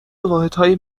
واحدهای